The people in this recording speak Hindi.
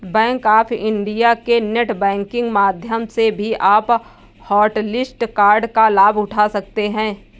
बैंक ऑफ इंडिया के नेट बैंकिंग माध्यम से भी आप हॉटलिस्ट कार्ड का लाभ उठा सकते हैं